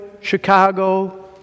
Chicago